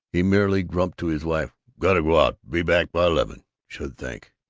he merely grumped to his wife, got to go out. be back by eleven, should think.